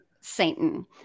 Satan